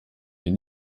hier